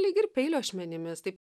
lyg ir peilio ašmenimis taip